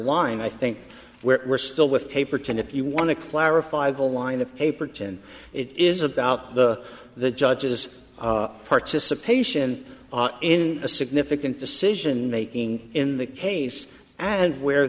line i think where we're still with paper tend if you want to clarify the line of paper to end it is about the the judges participation in a significant decision making in the case and where